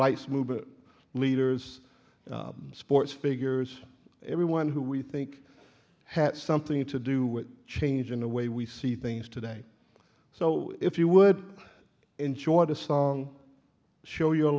rights movement leaders sports figures everyone who we think has something to do with changing the way we see things today so if you would enjoy the song show your